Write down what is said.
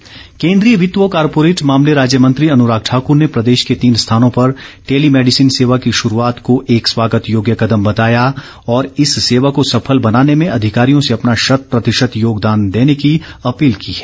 अनुराग ठाकुर केन्द्रीय वित्त व कॉरपोरेट मामले राज्य मंत्री अनुराग ठाकूर ने प्रदेश के तीन स्थानों पर टेली मेडिसिन सेवा की शुरूआत को एक स्वागत योग्य कदम बताया और इस सेवा को सफल बनाने में अधिकारियों से अपना शत प्रतिशत योगदान देने की अपील की है